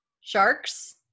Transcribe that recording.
Sharks